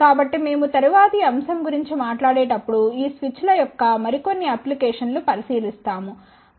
కాబట్టి మేము తరువాతి అంశం గురించి మాట్లాడే టప్పుడు ఈ స్విచ్ల యొక్క మరికొన్ని అప్లికేషన్స్ ను పరిశీలిస్తాము